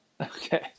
Okay